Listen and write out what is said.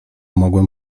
mogłem